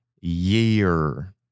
year